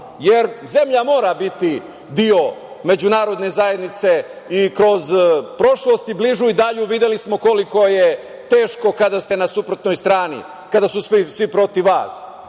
jer zemlja mora biti deo međunarodne zajednice. Kroz bližu i dalju prošlost videli smo koliko je teško kada ste na suprotnoj strani, kada su svi protiv vas.